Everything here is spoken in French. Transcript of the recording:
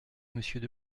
monsieur